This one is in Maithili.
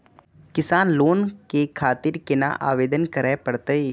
किसान लोन के खातिर केना आवेदन करें परतें?